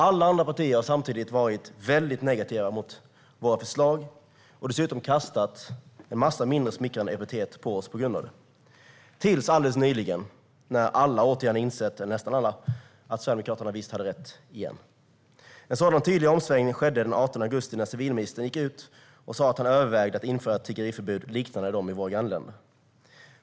Alla andra partier har varit negativa till våra förslag och dessutom kastat en massa mindre smickrande epitet på oss på grund av dem - tills alldeles nyligen då nästan alla insåg att Sverigedemokraterna hade rätt igen. En tydlig omsvängning skedde den 18 augusti när civilministern sa att han övervägde att införa ett tiggeriförbud liknande det i våra grannländer.